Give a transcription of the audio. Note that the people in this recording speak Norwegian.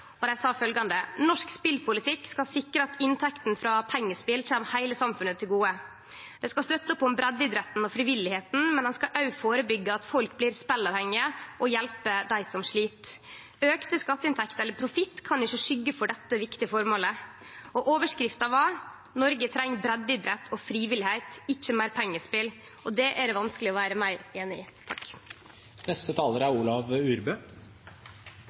og sa følgjande: «Norsk spillpolitikk skal sikre at inntektene fra pengespill kommer hele samfunnet til gode. Den skal støtte opp under idretten og frivilligheten, men den skal også forebygge at folk blir spillavhengige og hjelpe dem som sliter. Økte skatteinntekter eller profitt kan ikke skygge for dette viktige målet.» Overskrifta var: «Norge trenger breddeidrett og frivillighet. Ikke mer pengespill.» Og det er det vanskeleg å vere ueinig i. Denne saka har eit par veldig sentrale element: Det er